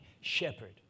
shepherd